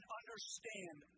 understand